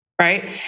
right